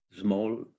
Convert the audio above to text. small